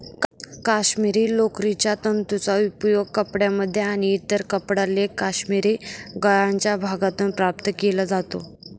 काश्मिरी लोकरीच्या तंतूंचा उपयोग कपड्यांमध्ये आणि इतर कपडा लेख काश्मिरी गळ्याच्या भागातून प्राप्त केला जातो